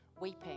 weeping